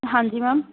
ਹਾਂਜੀ ਮੈਮ